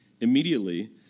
Immediately